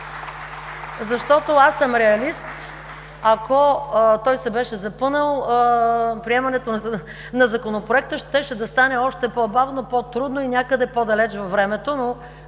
защото аз съм реалист. Ако той се беше запънал, приемането на Законопроекта щеше да се стане още по-бавно, по-трудно и някъде по-далеч във времето. Той